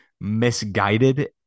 misguided